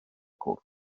cwrs